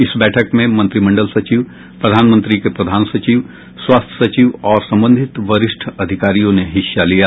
इस बैठक में मंत्रिमंडल सचिव प्रधानमंत्री के प्रधान सचिव स्वास्थ सचिव और संबंधित वरिष्ठ अधिकारियों ने हिस्सा लिया